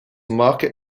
market